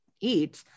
eat